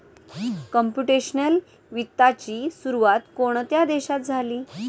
Computational वित्ताची सुरुवात कोणत्या देशात झाली?